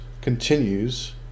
continues